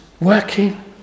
working